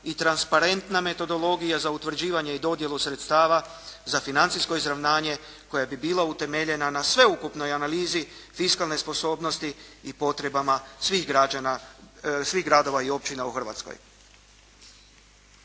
i transparentna metodologija za utvrđivanje i dodjelu sredstava za financijsko izravnanje koja bi bila utemeljena na sveukupnoj analizi fiskalne sposobnosti i potrebama svih gradova i općina u Hrvatskoj.